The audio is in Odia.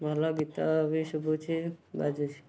ଭଲ ଗୀତ ବି ଶୁଭୁଛି ବାଜୁଛି